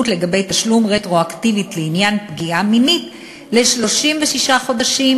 לגבי תשלום רטרואקטיבי לעניין הפגיעה המינית ל-36 חודשים,